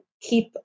keep